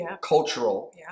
cultural